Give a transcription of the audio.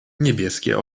niebieskie